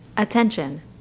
Attention